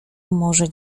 może